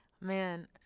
man